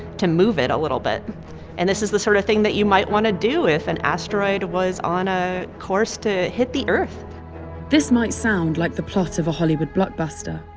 to move it a little bit and this is the sort of thing that you might want to do, if an and asteroid was on a course to hit the earth this might sound like the plot of a hollywood blockbuster,